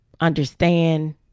understand